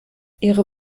ihre